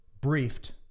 briefed